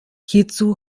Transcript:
hierzu